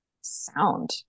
sound